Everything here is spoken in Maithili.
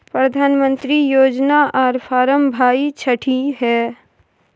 प्रधानमंत्री योजना आर फारम भाई छठी है?